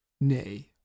nay